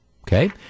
Okay